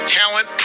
talent